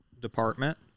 Department